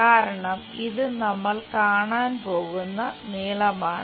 കാരണം ഇത് നമ്മൾ കാണാൻ പോകുന്ന നീളമാണ്